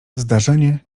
zdarzenie